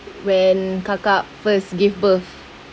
when kakak first give birth